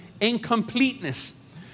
incompleteness